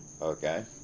Okay